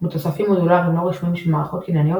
מתוספים מודולריים לא רשמיים של מערכות קנייניות